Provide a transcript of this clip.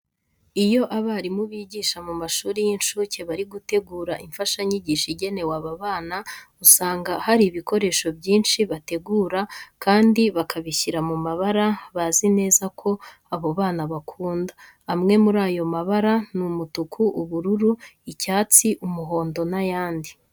Iyo abarimu bigisha mu mashuri y'incuke bari gutegura imfashanyigisho igenewe aba bana, usanga hari ibikoresho byinshi bategura kandi bakabishyira mu mabara bazi neza ko abo bana bakunda. Amwe muri ayo mabara ni umutuku, ubururu, icyatsi, umuhondo n'ayandi.